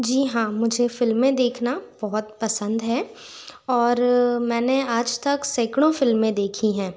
जी हाँ मुझे फ़िल्में देखना बहुत पसंद है और मैंने आज तक सैकड़ों फ़िल्में देखी हैं